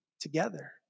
together